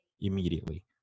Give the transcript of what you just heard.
immediately